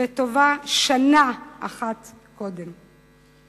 וטובה שנה אחת קודם.